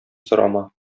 сорама